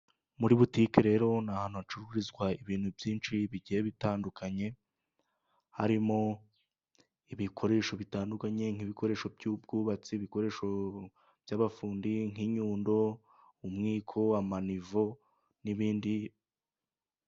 Muri butike rero ni ahantu hacururizwa ibintu byinshi bigiye bitandukanye. Harimo ibikoresho bitandukanye nk'ibikoresho by'ubwubatsi, ibikoresho by'abafundi nk'inyundo n'umwiko , amanivo n'ibindi.